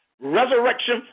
resurrection